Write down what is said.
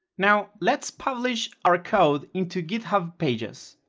now let's publish our code into github pages,